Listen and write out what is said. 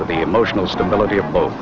with the emotional stability of bo